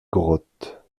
grottes